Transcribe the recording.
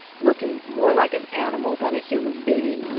looking more like an animal than a human being.